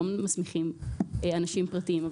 לא מסמיכים אנשים פרטיים.